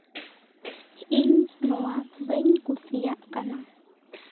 ᱤᱧ ᱱᱚᱶᱟ ᱵᱟᱹᱧ ᱠᱩᱥᱤᱭᱟᱜ ᱠᱟᱱᱟ